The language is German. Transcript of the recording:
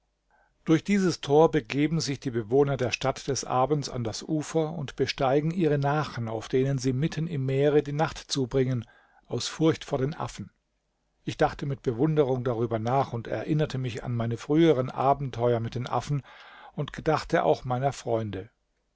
durch dieses tor begeben sich die bewohner der stadt des abends an das ufer und besteigen ihre nachen auf denen sie mitten im meere die nacht zubringen aus furcht vor den affen ich dachte mit bewunderung darüber nach und erinnerte mich an meine früheren abenteuer mit den affen und gedachte auch meiner freunde